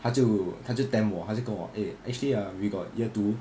他就他就 tempt 我他就跟我 eh actually ah we got year two